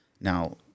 Now